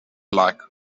like